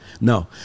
No